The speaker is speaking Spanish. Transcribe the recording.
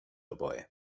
oboe